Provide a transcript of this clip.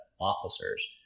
officers